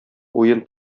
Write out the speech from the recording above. уен